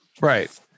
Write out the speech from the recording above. Right